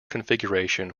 configuration